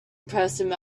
impressive